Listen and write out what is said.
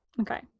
Okay